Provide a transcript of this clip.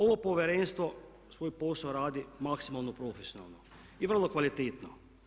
Ovo Povjerenstvo svoj posao radi maksimalno profesionalno i vrlo kvalitetno.